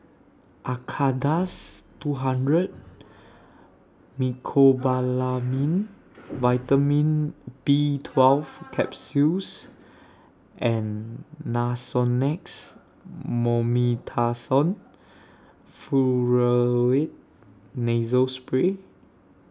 Acardust two hundred Mecobalamin Vitamin B twelve Capsules and Nasonex Mometasone Furoate Nasal Spray